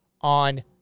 On